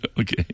Okay